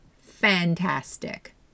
fantastic